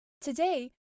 Today